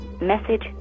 message